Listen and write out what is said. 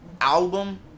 album